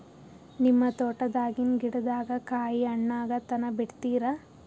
ನಿಮ್ಮ ತೋಟದಾಗಿನ್ ಗಿಡದಾಗ ಕಾಯಿ ಹಣ್ಣಾಗ ತನಾ ಬಿಡತೀರ?